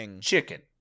Chicken